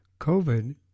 COVID